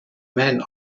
man